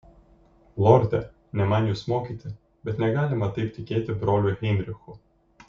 lorde ne man jus mokyti bet negalima taip tikėti broliu heinrichu